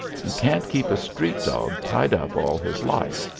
you can't keep a street-dog tied up all his life.